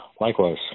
Likewise